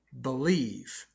Believe